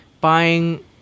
buying